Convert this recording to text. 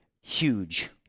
huge